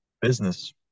business